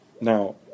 Now